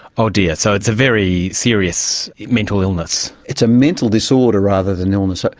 oh dear, so it's a very serious mental illness. it's a mental disorder rather than illness. ah